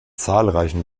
zahlreichen